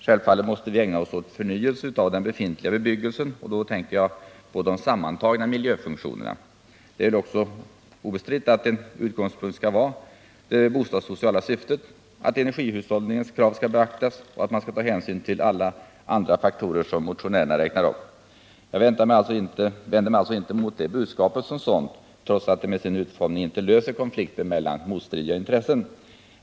Självfallet måste vi ägna oss åt förnyelse av den befintliga bebyggelsen; då tänker jag på de sammantagna miljöfunktionerna. Det är väl också obestritt att en utgångspunkt skall vara det bostadssociala syftet, att energihushållningens krav skall beaktas och att man skall ta hänsyn till alla de andra faktorer som motionärerna räknar upp. Jag vänder mig alltså inte mot det budskapet som sådant, trots att det med sin utformning inte löser konflikter mellan motstridiga intressen.